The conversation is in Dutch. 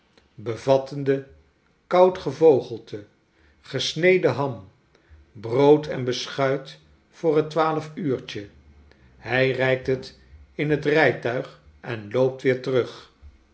bevattende koud gevogelte gesneden ham brood en beschuit voor het twaalfuurtje hij reikt het in het rijtuig en loopt weer terug